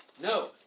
No